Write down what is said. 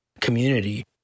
community